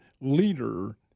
leader